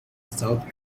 south